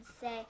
say